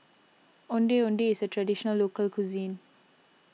Ondeh Ondeh is a Traditional Local Cuisine